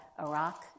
Iraq